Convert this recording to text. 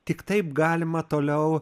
tik taip galima toliau